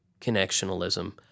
connectionalism